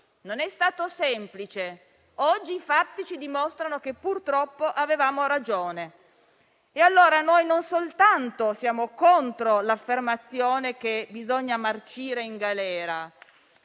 Non è stato semplice e oggi i fatti ci dimostrano che, purtroppo, avevamo ragione. Allora, noi siamo contro l'affermazione che bisogna marcire in galera.